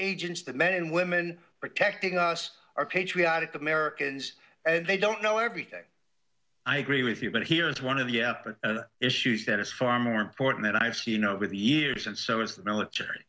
agents the men and women protecting us are patriotic americans and they don't know everything i agree with you but here is one of the epic issues that is far more important that i've seen over the years and so is the military